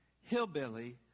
hillbilly